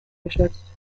geschützt